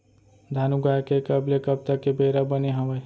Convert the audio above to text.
धान उगाए के कब ले कब तक के बेरा बने हावय?